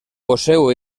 poseu